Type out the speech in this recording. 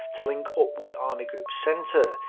to link up with army group centre.